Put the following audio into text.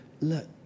look